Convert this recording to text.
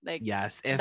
Yes